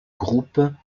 groupe